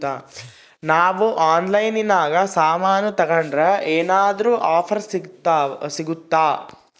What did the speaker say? ನಾವು ಆನ್ಲೈನಿನಾಗ ಸಾಮಾನು ತಗಂಡ್ರ ಏನಾದ್ರೂ ಆಫರ್ ಸಿಗುತ್ತಾ?